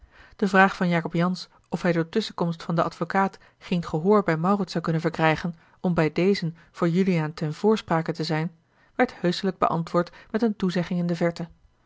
de vraag van jacob jansz of hij door tusschenkomst van den advocaat geen gehoor bij maurits zou kunnen verkrijgen om bij dezen voor juliaan ten voorsprake te zijn werd heuschelijk beantwoord met eene toezegging in de verte